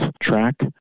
track